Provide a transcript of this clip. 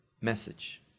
message